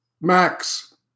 Max